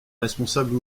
responsables